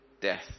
death